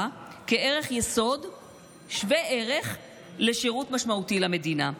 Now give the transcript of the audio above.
כערך יסוד שווה ערך לשירות משמעותי למדינה.